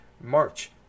March